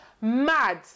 Mad